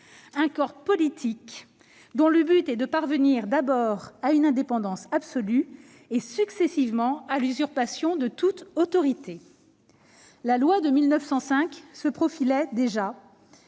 un corps politique dont le but est de parvenir d'abord à une indépendance absolue et, successivement, à l'usurpation de toute autorité ".» La loi de 1905 se profilait déjà